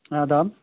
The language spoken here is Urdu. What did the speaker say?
آداب